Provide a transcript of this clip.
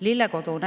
Lille Kodus